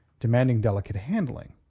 demanding delicate handling.